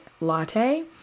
latte